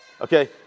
Okay